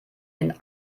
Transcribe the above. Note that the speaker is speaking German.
den